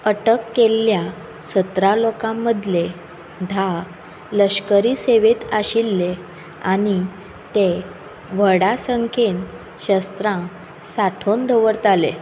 अटक केल्ल्या सतरा लोकां मदले धा लश्करी सेवेत आशिल्ले आनी ते व्हडा संख्येन शस्त्रां सांठोवन दवरताले